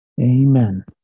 Amen